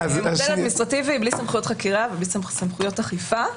זה מודל אדמיניסטרטיבי בלי סמכויות חקירה ובלי סמכויות אכיפה,